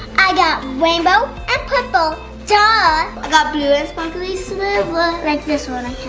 i got rainbow and purple. duh. i got blue and sparkly silver. like this one i